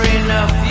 enough